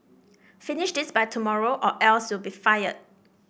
finish this by tomorrow or else you'll be fired